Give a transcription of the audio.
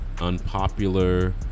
unpopular